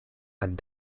and